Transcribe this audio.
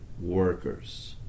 workers